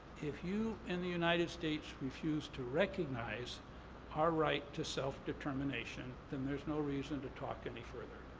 if you in the united states refuse to recognize our right to self-determination, then there's no reason to talk any further.